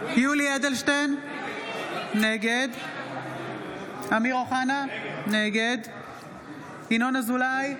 אדלשטיין, נגד אמיר אוחנה, נגד ינון אזולאי,